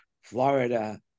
Florida